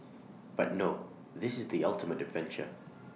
but no this is the ultimate adventure